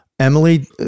Emily